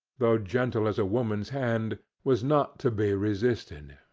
though gentle as a woman's hand, was not to be resisted.